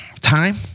time